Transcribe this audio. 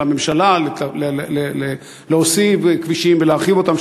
של הממשלה להוסיף כבישים ולהרחיב אותם,